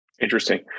Interesting